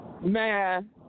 Man